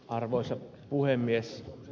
arvoisa puhemies